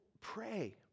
pray